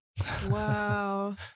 Wow